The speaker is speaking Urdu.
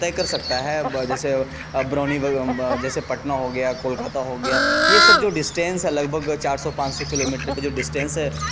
طے کر سکتا ہے جیسے برونی جیسے پٹنہ ہو گیا کولکاتہ ہو گیا یہ سب جو ڈسٹینس ہے لگ بھگ چار سو پانچ سو کلو میٹر کا جو ڈسٹینس ہے